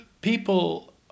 people